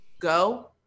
go